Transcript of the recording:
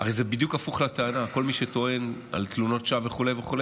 הרי זה בדיוק הפוך מהטענה: כל מי שמדבר על תלונות שווא וכו',